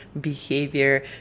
behavior